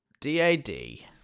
D-A-D